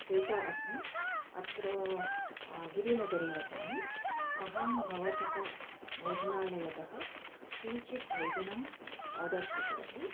श्वेता अस्मि अत्र गिरिनगरे वसामि अहं भवतः भोजनालयतः किञ्चित् भोजनम् आर्डर् कृतवती